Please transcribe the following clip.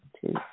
two